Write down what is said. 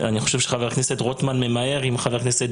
חבר הכנסת